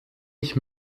ich